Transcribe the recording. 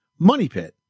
MONEYPIT